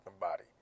body